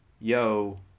yo